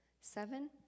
seven